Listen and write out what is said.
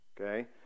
okay